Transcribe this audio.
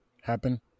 happen